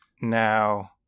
Now